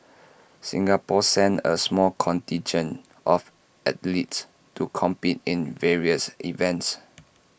Singapore sent A small contingent of athletes to compete in various events